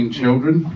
children